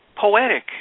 poetic